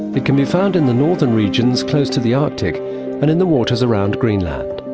it can be found in the northern regions close to the arctic and in the waters around greenland,